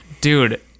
Dude